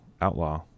Outlaw